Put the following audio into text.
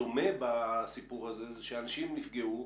שני נושאים.